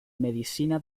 medicina